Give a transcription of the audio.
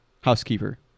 Housekeeper